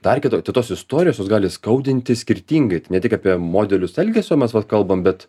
dar kito te tos istorijos jos gali skaudinti skirtingai tai ne tik apie modelius elgesio mes vat kalbam bet